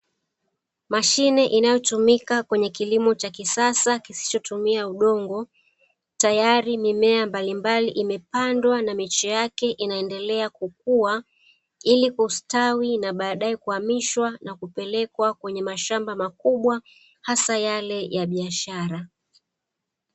Mashine inayotumika kwenye kilimo cha kisasa kisichotumia udongo, tayari mimea mbalimbali imepandwa na miche yake inaendelea kukua ili kustawi na badae kuhamishwa na kupelekwa kwenye mashamba makubwa hasa yale ya biashara.